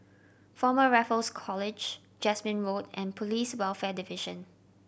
Former Raffles College Jasmine Road and Police Welfare Division